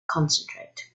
concentrate